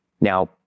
Now